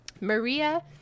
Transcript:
Maria